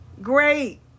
great